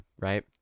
Right